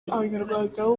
abanyarwanda